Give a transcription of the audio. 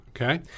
Okay